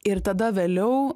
ir tada vėliau